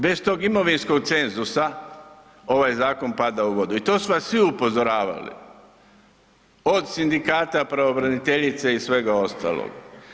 Bez tog imovinskog cenzusa ovaj zakon pada u vodu i to su vas svi upozoravali, od sindikata pravobranitelje i svega ostalog.